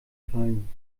gefallen